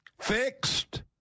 Fixed